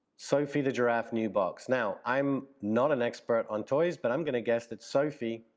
sophie the giraffe new box. now i'm not an expert on toys but i'm gonna guess that sophie,